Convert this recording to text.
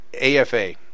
AFA